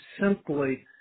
simply